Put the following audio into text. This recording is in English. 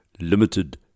limited